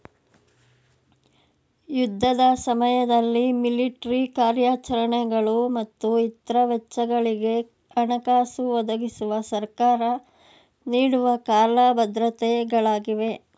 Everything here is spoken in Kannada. ಯುದ್ಧದ ಸಮಯದಲ್ಲಿ ಮಿಲಿಟ್ರಿ ಕಾರ್ಯಾಚರಣೆಗಳು ಮತ್ತು ಇತ್ರ ವೆಚ್ಚಗಳಿಗೆ ಹಣಕಾಸು ಒದಗಿಸುವ ಸರ್ಕಾರ ನೀಡುವ ಕಾಲ ಭದ್ರತೆ ಗಳಾಗಿವೆ